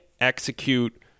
execute